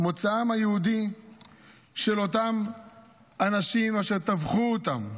מוצאם היהודי של אותם אנשים אשר טבחו אותם.